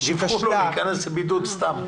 להיכנס לבידוד סתם.